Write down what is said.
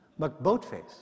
McBoatface